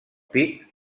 pit